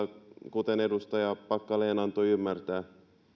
kuten edustaja packalen antoi ymmärtää